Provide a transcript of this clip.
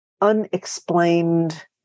unexplained